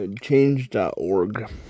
Change.org